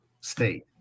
state